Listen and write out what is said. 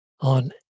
on